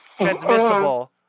Transmissible